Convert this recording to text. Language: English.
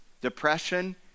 depression